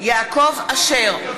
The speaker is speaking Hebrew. יעקב אשר,